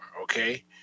okay